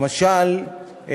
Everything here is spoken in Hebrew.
למשל,